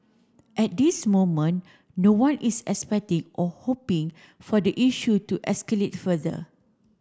at this moment no one is expecting or hoping for the issue to escalate further